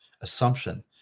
assumption